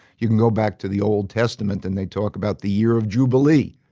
you can go back to the old testament and they talk about the year of jubilee,